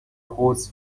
حوض